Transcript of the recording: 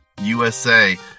USA